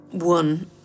one